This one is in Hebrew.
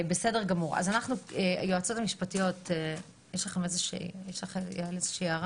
בסדר גמור, היועצות המשפטיות יש לכן איזושהי הערה?